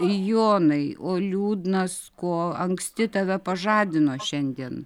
jonai o liūdnas ko anksti tave pažadino šiandien